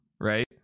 right